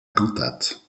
cantate